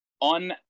On